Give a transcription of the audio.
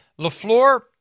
LaFleur